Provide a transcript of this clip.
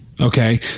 Okay